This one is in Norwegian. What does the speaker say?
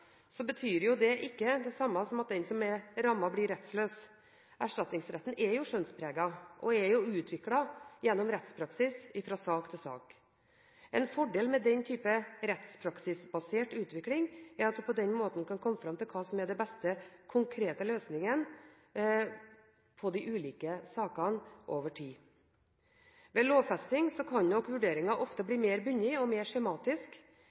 blir rettsløs. Erstatningsretten er jo skjønnspreget og er jo utviklet gjennom rettspraksis fra sak til sak. En fordel med den type rettspraksisbasert utvikling er at man på denne måten kan komme fram til hva som er den beste konkrete løsningen på de ulike sakene over tid. Ved lovfesting kan nok vurderingen ofte bli mer bundet og mer skjematisk